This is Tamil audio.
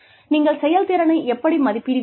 நீங்கள் செயல்திறனை எப்படி மதிப்பிடுவீர்கள்